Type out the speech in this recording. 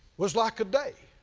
was like a day.